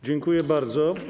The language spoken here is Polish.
Dziękuję bardzo.